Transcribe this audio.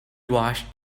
watched